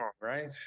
right